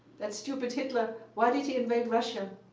that stupid hitler, why did he invade russia?